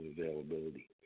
availability